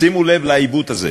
שימו לב לעיוות הזה,